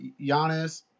Giannis